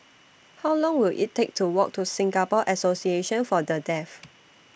How Long Will IT Take to Walk to Singapore Association For The Deaf